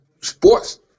sports